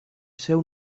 seu